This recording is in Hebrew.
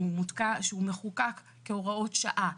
שהוא מחוקק כהוראת שעה,